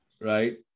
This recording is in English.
right